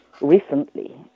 recently